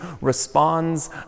responds